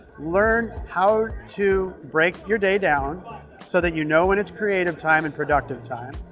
learn how to break your day down so that you know when it's creative time and productive time.